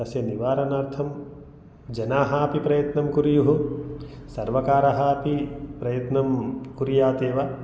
तस्य निवारणार्थं जनाः अपि प्रयत्नं कुर्युः सर्वकारः अपि प्रयत्नं कुर्यात् एव